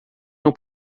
não